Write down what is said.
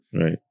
right